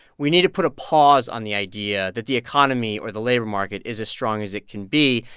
we need to put a pause on the idea that the economy or the labor market is as strong as it can be.